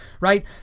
Right